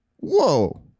Whoa